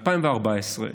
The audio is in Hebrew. אחרי שנים ארוכות, ב-2014,